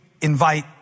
invite